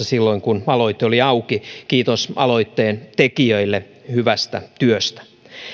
silloin kun aloite oli auki kiitos aloitteen tekijöille hyvästä työstä